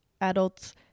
adults